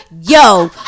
yo